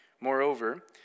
Moreover